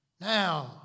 Now